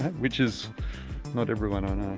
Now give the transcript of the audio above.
which is not everyone, i